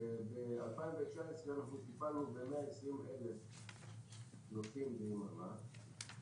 ב-2019 טיפלנו ב-120,000 נוסעים ביממה.